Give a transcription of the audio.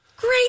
Great